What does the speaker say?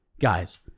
Guys